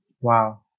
Wow